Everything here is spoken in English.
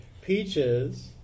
Peaches